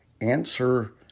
answer